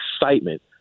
excitement